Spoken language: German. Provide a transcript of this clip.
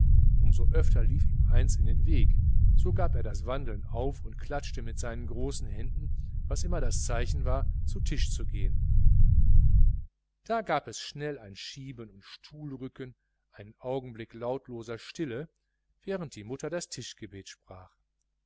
so öfter lief ihm eines in den weg so gab er das wandeln auf und klatschte mit seinen großen händen was immer das zeichen war zu tisch zu gehen da gab es schnell ein schieben und stuhlrücken und einen augenblick lautloser stille während die mutter das tischgebet sprach